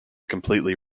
completely